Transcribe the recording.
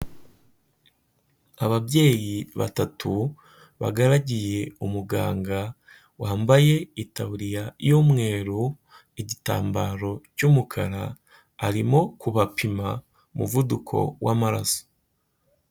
Ababyeyi batatu bagaragiye umuganga wambaye itabuririya y'umweru, igitambaro cy'umukara, arimo kubapima umuvuduko w'amaraso.